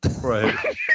Right